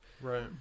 right